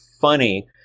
funny